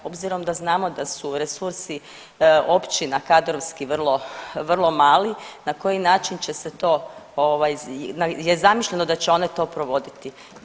Obzirom da znamo da su resursi općina kadrovski vrlo, vrlo mali na koji način će se to ovaj, je zamišljeno da će one to provoditi.